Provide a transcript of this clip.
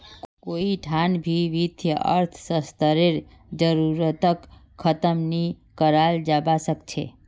कोई ठान भी वित्तीय अर्थशास्त्ररेर जरूरतक ख़तम नी कराल जवा सक छे